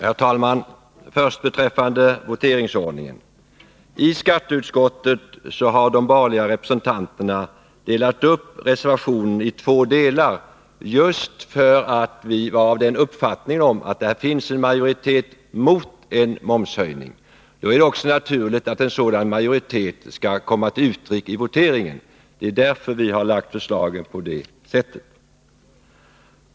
Herr talman! Först några ord beträffande voteringsordningen. I skatteutskottet har de borgerliga representanterna delat upp reservationen i två delar just för att vi var av den uppfattningen att det finns en majoritet mot en momshöjning. Då är det också naturligt att en sådan majoritet kommer till uttryck i voteringen. Det är därför vi har lagt vårt förslag på det sättet.